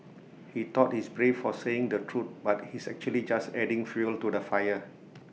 he thought he's brave for saying the truth but he's actually just adding fuel to the fire